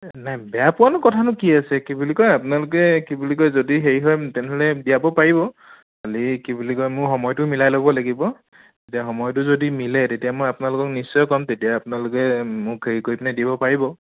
নাই বেয়া পোৱানো কথা কি আছে কি বুলি কয় আপোনালোকে কি বুলি কয় যদি হেৰি হয় তেনেহ'লে দিয়াব পাৰিব খালী কি বুলি কয় মোৰ সময়টো মিলাই ল'ব লাগিব যে সময়টো যদি মিলে তেতিয়া মই আপোনালোকক নিশ্চয় ক'ম তেতিয়া আপোনালোকে মোক হেৰি কৰি পিনে দিব পাৰিব